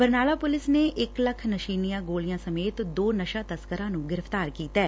Barnala police ਨੇ ਇਕ ਲੱਖ ਨਸ਼ੀਲੀਆਂ ਗੋਲੀਆਂ ਸਮੇਤ ਦੋ ਨਸ਼ਾ ਤਸ਼ਕਰਾਂ ਨੂੰ ਗ੍ਰਿਫ਼ਤਾਰ ਕੀਤੈ